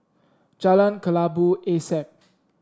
Jalan Kelabu Asap